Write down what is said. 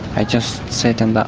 i just sit in but